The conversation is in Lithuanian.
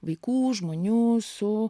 vaikų žmonių su